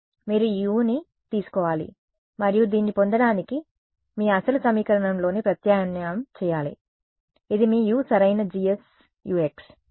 మీరు ఈ U ని తీసుకోవాలి మరియు దీన్ని పొందడానికి మీ అసలు సమీకరణంలోకి ప్రత్యామ్నాయం చేయాలి ఇది మీ U సరైన Gs Ux